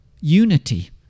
Unity